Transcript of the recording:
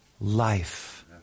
life